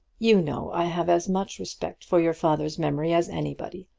you know i have as much respect for your father's memory as anybody,